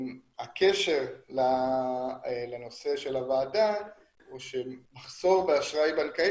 הקשר לנושא של הוועדה הוא שמחסור באשראי בנקאי